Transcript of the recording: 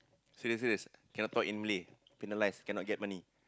serious serious can not talk in Malay penalise cannot get money